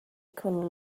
couldn’t